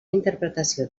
interpretació